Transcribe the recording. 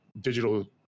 digital